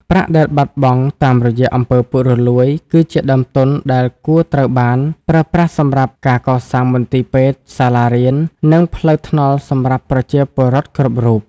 ប្រាក់ដែលបាត់បង់តាមរយៈ អំពើពុករលួយ គឺជាដើមទុនដែលគួរត្រូវបានប្រើប្រាស់សម្រាប់ការកសាងមន្ទីរពេទ្យ សាលារៀន និងផ្លូវថ្នល់សម្រាប់ពលរដ្ឋគ្រប់រូប។